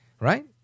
right